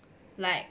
like